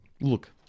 Look